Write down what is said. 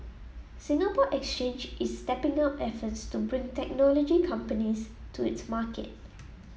Singapore Exchange is stepping up efforts to bring technology companies to its market